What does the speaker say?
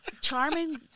charming